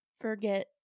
forget